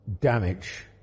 damage